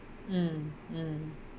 mm mm